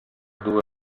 due